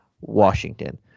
washington